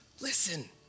Listen